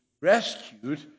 rescued